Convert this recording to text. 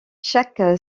chaque